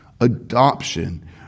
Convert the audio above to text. adoption